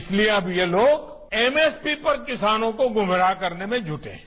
इसलिए अब ये लोग एमएसपी पर किसानों को गुमराह करने में जुटे हैं